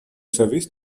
service